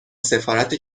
سفارت